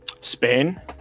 Spain